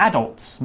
Adults